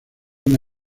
una